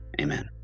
amen